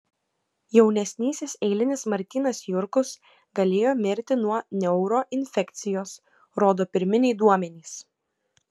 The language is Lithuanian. jaunesnysis eilinis martynas jurkus galėjo mirti nuo neuroinfekcijos rodo pirminiai duomenys